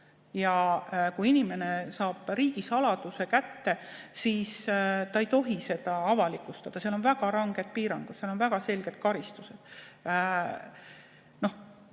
Kui inimene saab riigisaladuse kätte, siis ta ei tohi seda avalikustada, seal on väga ranged piirangud, seal on väga selged karistused.